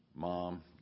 Mom